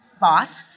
bought